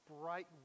bright